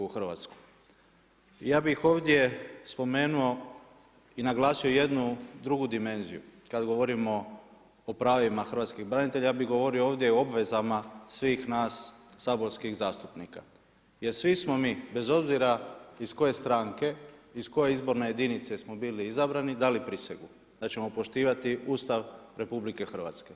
Ja bih ovdje spomenuo i naglasio jednu drugu dimenziju kada govorimo o pravima hrvatskih branitelja, ja bi govorio ovdje o obvezama svih nas saborskih zastupnika jer svi smo mi bez obzira iz koje stranke, iz koje izborne jedinice smo bili izabrani dali prisegu da ćemo poštivati Ustav RH.